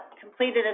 completed